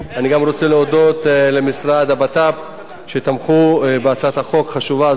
אני גם רוצה להודות למשרד לביטחון פנים שתמך בהצעת חוק חשובה זו,